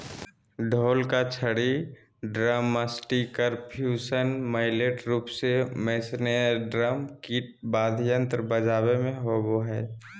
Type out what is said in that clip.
ढोल का छड़ी ड्रमस्टिकपर्क्यूशन मैलेट रूप मेस्नेयरड्रम किट वाद्ययंत्र बजाबे मे होबो हइ